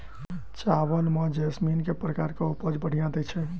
चावल म जैसमिन केँ प्रकार कऽ उपज बढ़िया दैय छै?